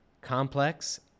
complex